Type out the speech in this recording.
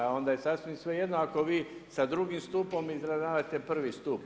Onda je sasvim svejedno ako vi sa drugim stupom izravnavate prvi stup.